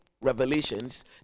revelations